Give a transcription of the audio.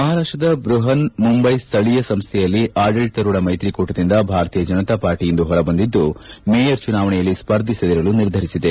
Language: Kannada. ಮಹಾರಾಷ್ಷದ ಬೃಹನ್ ಮುಂಬೈ ಸ್ಥಳೀಯ ಸಂಸ್ಥೆಯಲ್ಲಿ ಆಡಳಿತಾರೂಢ ಮೈತ್ರಿಕೂಟದಿಂದ ಭಾರತೀಯ ಜನತಾಪಾರ್ಟಿ ಇಂದು ಹೊರಬಂದಿದ್ದು ಮೇಯರ್ ಚುನಾವಣೆಯಲ್ಲಿ ಸ್ವರ್ಧಿಸದಿರಲು ನಿರ್ಧರಿಸಿದೆ